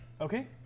Okay